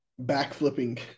backflipping